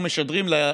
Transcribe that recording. מי שמצביע נגד החוק,